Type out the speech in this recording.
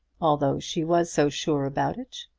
although she was so sure about it?